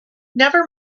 never